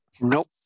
Nope